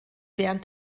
während